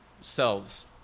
selves